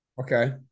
Okay